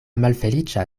malfeliĉa